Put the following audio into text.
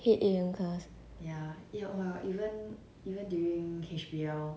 I hate eight A_M class